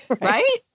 right